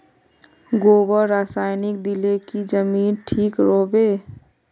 गोबर रासायनिक दिले की जमीन ठिक रोहबे?